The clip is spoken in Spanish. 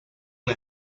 una